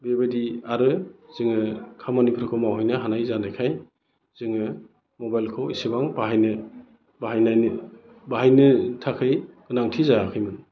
बेबायदि आरो जोङो खामानिफोरखौ मावहैनो हानाय जानायखाय जोङो मबाइलखौ इसिबां बाहायनो बाहायनायनि बाहायनो थाखाय गोनांथि जायाखैमोन